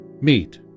meet